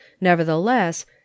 Nevertheless